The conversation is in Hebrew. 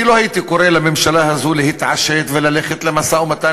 אני לא הייתי קורא לממשלה הזאת להתעשת וללכת למשא-ומתן,